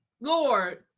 Lord